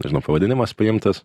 nežinau pavadinimas paimtas